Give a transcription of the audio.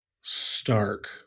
stark